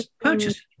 purchase